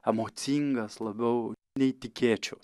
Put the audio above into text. emocingas labiau nei tikėčiaus